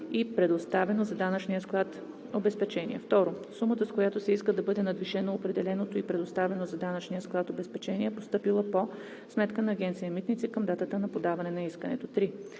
и предоставено за данъчния склад обезпечение; 2. сумата, с която се иска да бъде надвишено определеното и предоставено за данъчния склад обезпечение, е постъпила по сметка на Агенция „Митници“ към датата на подаване на искането; 3.